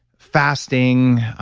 fasting,